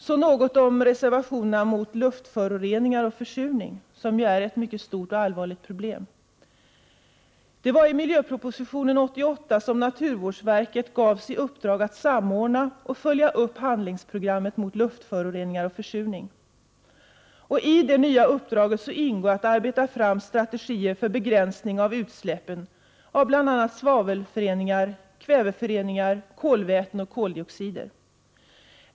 Så några ord om reservationerna om luftföroreningar och försurning, vilka utgör ett mycket stort och allvarligt problem. I miljöpropositionen 1988 gavs naturvårdsverket i uppdrag att samordna och följa upp arbetet med handlingsprogrammet mot luftföroreningar och försurning. I det nya uppdraget ingår att arbeta fram strategier för begränsning av utsläppen av bl.a. svavelföreningar, kväveföreningar, kolväten och koldioxider.